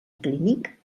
clínic